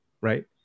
right